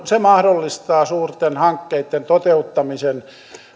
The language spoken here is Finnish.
se mahdollistaa suurten hankkeitten toteuttamisen